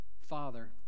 father